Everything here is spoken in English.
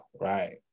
right